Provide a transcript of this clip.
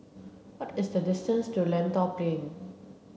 what is the distance to Lentor Plain